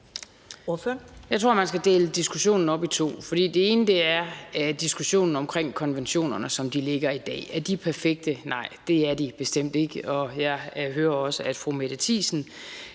Jeg tror, at man skal dele diskussionen op i to. Den ene er diskussionen om konventionerne, som de ligger i dag, og om de er perfekte. Nej, det er de bestemt ikke. Jeg hører også fru Mette Thiesen